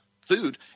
food